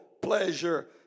pleasure